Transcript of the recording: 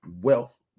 wealth